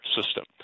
system